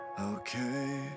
okay